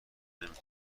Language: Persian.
نمیتونم